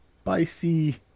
Spicy